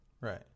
Right